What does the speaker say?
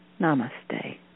Namaste